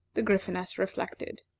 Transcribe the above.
the gryphoness reflected.